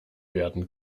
werden